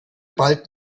bald